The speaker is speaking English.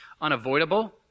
unavoidable